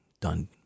done